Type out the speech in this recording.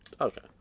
Okay